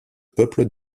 peuple